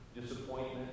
disappointment